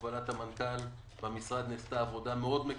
בהובלת המנכ"ל במשרד עושים עבודה מאוד מקיפה,